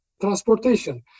transportation